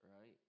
right